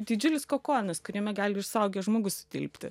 didžiulis kokonas kuriame gali ir suaugęs žmogus tilpti